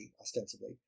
ostensibly